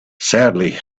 sadly